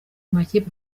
makipe